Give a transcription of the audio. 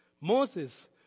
Moses